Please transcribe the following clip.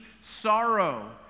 sorrow